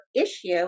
issue